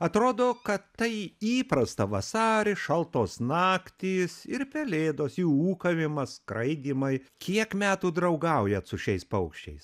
atrodo kad tai įprasta vasaris šaltos naktys ir pelėdos jų ūkavimas skraidymai kiek metų draugaujat su šiais paukščiais